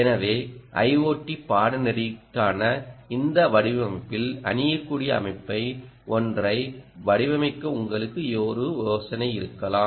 எனவே IoT பாடநெறிக்கான இந்த வடிவமைப்பில்அணியக்கூடிய அமைப்பை ஒன்றை வடிவமைக்க உங்களுக்கு ஒரு யோசனை இருக்கலாம்